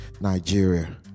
Nigeria